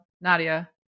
Nadia